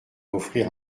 offrir